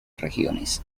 regiones